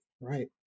right